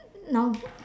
now